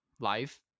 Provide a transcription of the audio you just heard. life